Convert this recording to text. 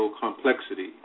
complexity